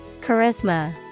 Charisma